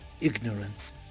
ignorance